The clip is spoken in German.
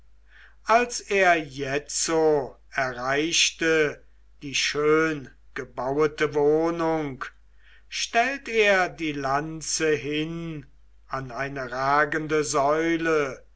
als er jetzo erreichte die schöngebauete wohnung stellt er die lanze hin an eine ragende säule